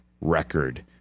record